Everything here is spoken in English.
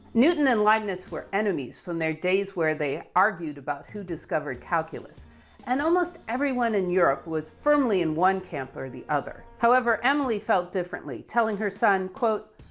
newton and leibniz were enemies from their days where they argued about who discovered calculus and almost everyone in europe was firmly in one camp or the other. however, emilie felt differently telling her son, quote,